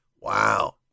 Wow